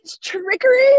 trickery